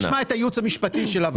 תיכף נשמע את הייעוץ המשפטי של הוועדה,